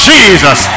Jesus